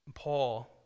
Paul